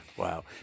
Wow